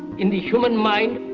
in the human mind,